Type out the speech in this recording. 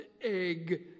egg